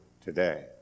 today